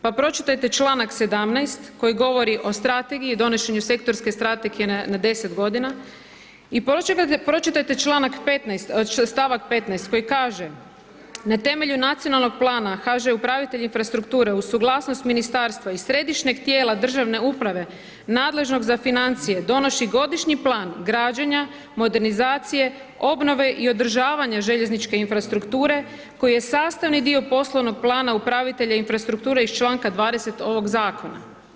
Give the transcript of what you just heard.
Pa pročitajte članak 17. koji govori o strategiji donošenju sektorske strategije na 10 godina i pročitajte članak 15., stavak 15. koji kaže, na temelju Nacionalnog plana HŽ upravitelj infrastrukture uz suglasnost ministarstva i središnjeg tijela državne uprave nadležnog za financije donosi godišnji plan građenja, modernizacije, obnove i održavanja željezničke infrastrukture koji je sastavni dio poslovnog plana upravitelja infrastrukture iz članka 20. ovog zakona.